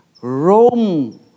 Rome